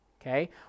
Okay